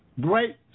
great